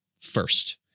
first